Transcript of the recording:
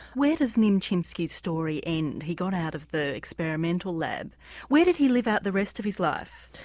where does nim chimpsky's story end. he got out of the experimental lab where did he live out the rest of his life?